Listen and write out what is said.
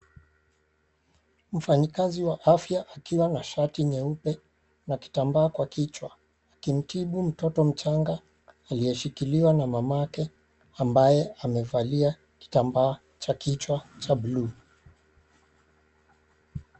Mfanyi kazi wa afya, akiwa na shati nyeupe na kitambaa kwa kichwa, akimtibu mtoto mchanga aliyeshikiliwa na mamake ambaye amevalia kitambaa cha kichwa cha blue .